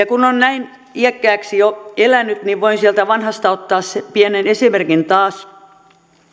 kun on näin iäkkääksi jo elänyt niin voin sieltä vanhasta ottaa pienen esimerkin taas